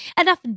Enough